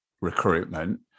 recruitment